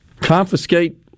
confiscate